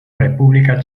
república